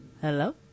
hello